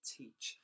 teach